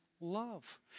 love